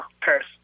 Paris